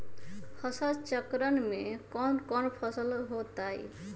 फसल चक्रण में कौन कौन फसल हो ताई?